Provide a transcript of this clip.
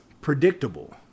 predictable